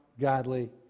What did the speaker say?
godly